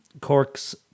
cork's